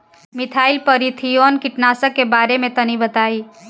Methyl parathion कीटनाशक के बारे में तनि बताई?